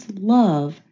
love